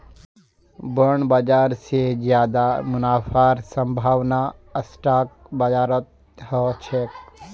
bond बाजार स ज्यादा मुनाफार संभावना स्टॉक बाजारत ह छेक